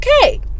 okay